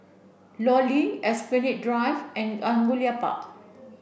Law Link Esplanade Drive and Angullia Park